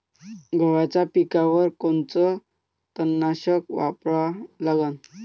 गव्हाच्या पिकावर कोनचं तननाशक वापरा लागन?